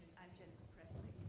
i'm jennifer presley,